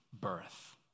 birth